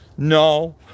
No